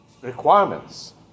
requirements